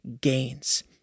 gains